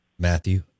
Matthew